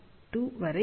2 வரை